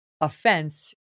offense